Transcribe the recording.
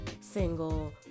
single